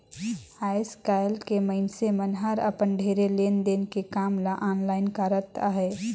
आएस काएल के मइनसे मन हर अपन ढेरे लेन देन के काम ल आनलाईन करत अहें